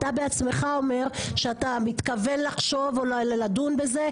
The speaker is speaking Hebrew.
אתה בעצמך אומר שאתה מתכוון לחשוב או לדון בזה,